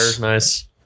Nice